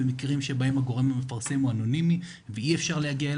במקרים שבהם הגורם המפרסם הוא אנונימי ואי אפשר להגיע אל